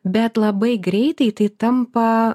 bet labai greitai tai tampa